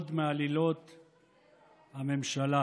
עוד מעלילות הממשלה.